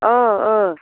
अ अ